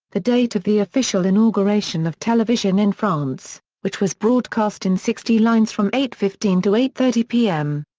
the date of the official inauguration of television in france, which was broadcast in sixty lines from eight fifteen to eight thirty pm.